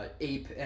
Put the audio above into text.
ape